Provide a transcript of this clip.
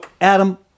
adam